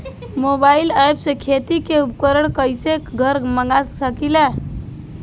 Mobile ऐपसे खेती के उपकरण कइसे घर मगा सकीला?